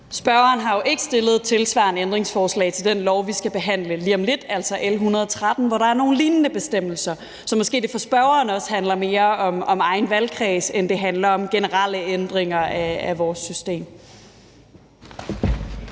Spørgeren har jo ikke stillet tilsvarende ændringsforslag til den lov, vi skal behandle lige om lidt, altså L 113, hvor der er nogle lignende bestemmelser. Så måske det for spørgeren også handler mere om egen valgkreds end om generelle ændringer af vores system.